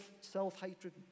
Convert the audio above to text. self-hatred